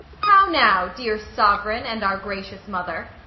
how now, dear sovereign, and our gracious mother!